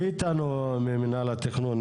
מי איתנו ממינהל התכנון?